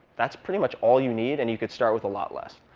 that's pretty much all you need. and you could start with a lot less.